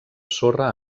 sorra